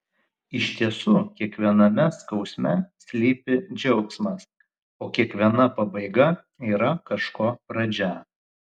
iš tiesų kiekviename skausme slypi džiaugsmas o kiekviena pabaiga yra kažko pradžia